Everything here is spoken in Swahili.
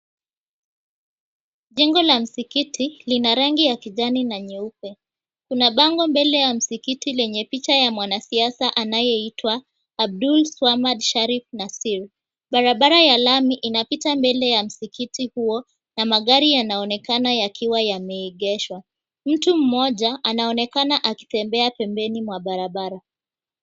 Jengo la sikiti lina rangi ya kijani na nyeupe. Kuna bango mbele ya msikiti lenye picha ya mwanasiasa anayeitwa Abdul Swamad Shariff Nasir. Barabara ya lami inapita mbele ya msikiti huo na magari yanaonekana yakiwa yameegeshwa. Mtu mmoja anaonekana akitembea pembeni mwa barabara.